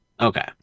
Okay